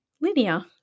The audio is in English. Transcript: linear